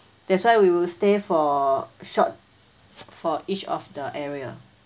that's why we would stay for short for each of the area